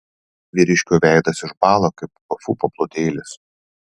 vyriškio veidas išbąla kaip tofu paplotėlis